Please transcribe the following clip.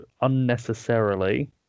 unnecessarily